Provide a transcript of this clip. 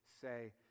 say